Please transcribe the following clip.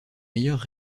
meilleures